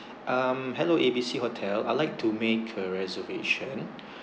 um hello A B C hotel I'd like to make a reservation